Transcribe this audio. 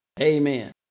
amen